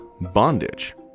bondage